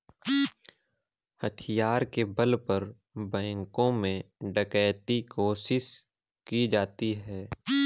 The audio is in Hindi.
हथियार के बल पर बैंकों में डकैती कोशिश की जाती है